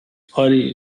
putty